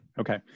Okay